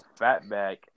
Fatback